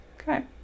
Okay